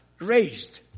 raised